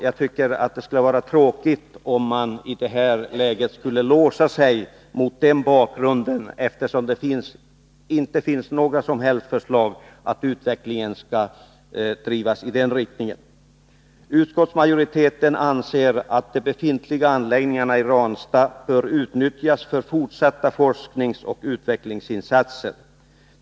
Jag tycker att det skulle vara tråkigt om man i det här läget skulle låsa sig mot den bakgrunden, eftersom det inte finns några som helst förslag att utvecklingen skall drivas i den riktningen. Utskottsmajoriteten anser att de befintliga anläggningarna i Ranstad bör utnyttjas för fortsatta forskningsoch utvecklingsinsatser.